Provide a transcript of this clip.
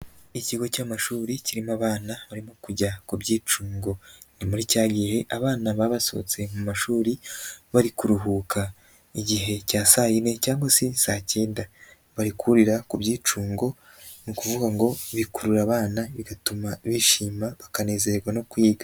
Ikigo cy'amashuri kirimo abana barimo kujya ku byicungo ni muri cya gihe abana baba basohotse mu mashuri bari kuruhuka, igihe cya saa yine cyangwa se saa kenda barikurira ku byicungo, ni ukuvuga ngo bikurura abana bigatuma bishima bakanezerwa no kwiga.